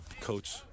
coach